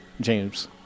James